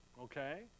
okay